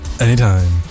Anytime